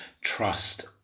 trust